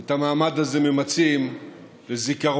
את המעמד הזה ממצים לזיכרון,